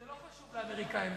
זה לא חשוב לאמריקנים,